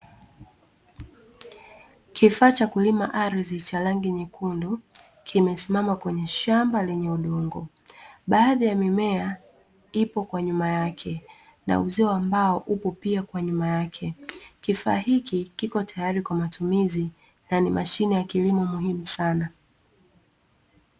Kifaa cha kulima ardhi cha rangi nyekundu kimesimama kwenye shamba lenye udongo. Baadhi ya mimea ipo kwa nyuma yake na uzio wa mbao upo pia kwa nyuma yake. Kifaa hiki kiko tayari kwa matumizi na ni mashine ya kilimo muhimu sana.